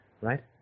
right